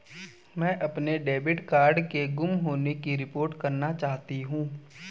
मैं अपने debit card के गुम होने की रिपोर्ट करना चाहती हूँ